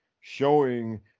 showing